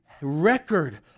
record